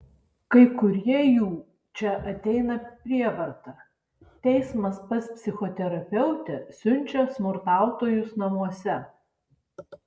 kai kurie jų čia ateina prievarta teismas pas psichoterapeutę siunčia smurtautojus namuose